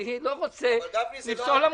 אני לא רוצה לפסול עמותות.